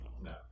no